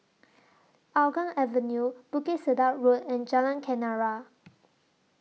Hougang Avenue Bukit Sedap Road and Jalan Kenarah